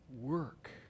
work